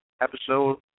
episode